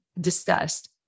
discussed